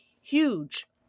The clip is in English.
huge